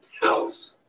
house